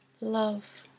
Love